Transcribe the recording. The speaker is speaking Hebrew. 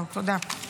תודה.